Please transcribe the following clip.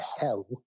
hell